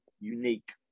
unique